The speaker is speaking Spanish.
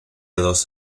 los